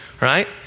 right